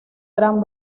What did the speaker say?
gran